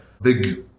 big